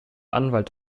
anwalt